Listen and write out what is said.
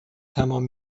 تمام